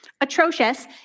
atrocious